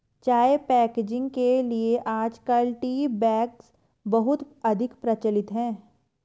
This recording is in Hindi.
चाय पैकेजिंग के लिए आजकल टी बैग्स बहुत अधिक प्रचलित है